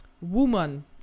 woman